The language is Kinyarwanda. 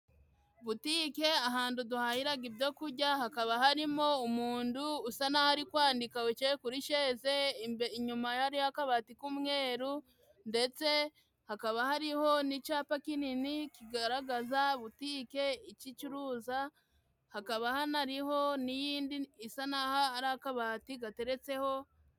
Butike ahandu duhahiraga ibyo kujya, hakaba harimo umundu usa n'aho ari kwandika wicaye kuri sheze, inyuma hari ho akabati k'umweru ndetse hakaba hariho n'icapa kinini kigaragaza butike icyo icuruza, hakaba hanariho n'iyindi isa n'aho ari akabati gateretseho.